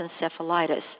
encephalitis